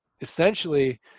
essentially